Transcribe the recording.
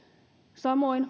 samoin